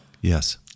Yes